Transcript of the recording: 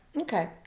Okay